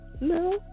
No